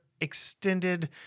extended